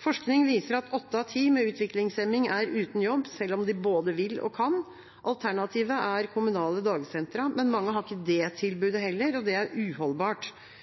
Forskning viser at åtte av ti med utviklingshemning er uten jobb, selv om de både vil og kan. Alternativet er kommunale dagsentre, men mange har ikke det tilbudet heller. Det er uholdbart.